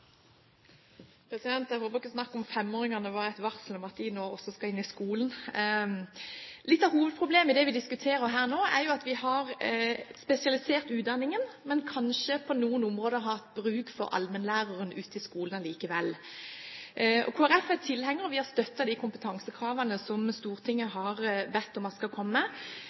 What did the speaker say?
Jeg håper ikke snakket om femåringene var et varsel om at de også nå skal inn i skolen. Litt av hovedproblemet i det vi diskuterer her nå, er jo at vi har spesialisert utdanningen, men kanskje på noen områder hadde hatt bruk for allmennlæreren ute i skolen allikevel. Kristelig Folkeparti er tilhenger, og vi har støttet de kompetansekravene som Stortinget har bedt om at skal komme,